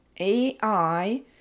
AI